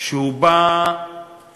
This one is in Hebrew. שהוא בא מבית